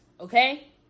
Okay